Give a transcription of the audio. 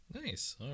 Nice